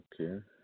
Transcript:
okay